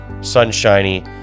sunshiny